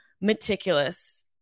meticulous